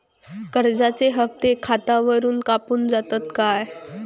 कर्जाचे हप्ते खातावरून कापून जातत काय?